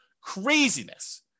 Craziness